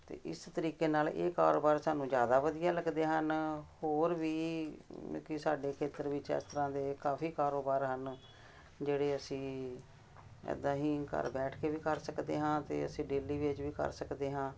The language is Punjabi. ਅਤੇ ਇਸ ਤਰੀਕੇ ਨਾਲ ਇਹ ਕਾਰੋਬਾਰ ਸਾਨੂੰ ਜ਼ਿਆਦਾ ਵਧੀਆ ਲੱਗਦੇ ਹਨ ਹੋਰ ਵੀ ਮਤਲਬ ਕਿ ਸਾਡੇ ਖੇਤਰ ਵਿੱਚ ਇਸ ਤਰ੍ਹਾਂ ਦੇ ਕਾਫ਼ੀ ਕਾਰੋਬਾਰ ਹਨ ਜਿਹੜੇ ਅਸੀਂ ਇੱਦਾਂ ਹੀ ਘਰ ਬੈਠ ਕੇ ਵੀ ਕਰ ਸਕਦੇ ਹਾਂ ਅਤੇ ਅਸੀਂ ਡੇਲੀ ਵੇਜ ਵੀ ਕਰ ਸਕਦੇ ਹਾਂ